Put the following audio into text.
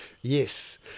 yes